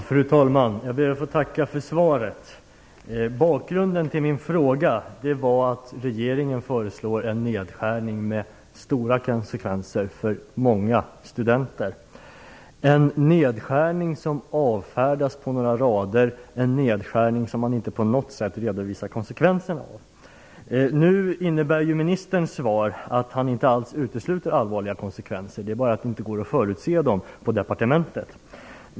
Fru talman! Jag ber att få tacka för svaret. Bakgrunden till min fråga är att regeringen föreslår en nedskärning med stora konsekvenser för många studenter. Det är en nedskärning som avfärdas på några rader, en nedskärning som man inte på något sätt redovisar konsekvenserna av. Ministerns svar innebär att han inte alls utesluter allvarliga konsekvenser. Det är bara så att det inte går att förutse dem på departementet.